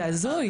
זה הזוי.